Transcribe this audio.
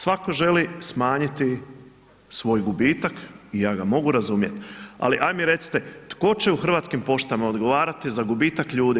Svatko želi smanjiti svoj gubitak i ja ga mogu razumjet, ali aj mi recite tko će u Hrvatskim poštama odgovarati za gubitak ljudi?